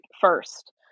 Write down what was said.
first